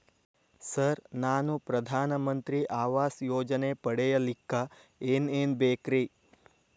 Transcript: Sir ನಾನು ಪ್ರಧಾನ ಮಂತ್ರಿ ಆವಾಸ್ ಯೋಜನೆ ಪಡಿಯಲ್ಲಿಕ್ಕ್ ಏನ್ ಏನ್ ಬೇಕ್ರಿ?